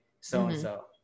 so-and-so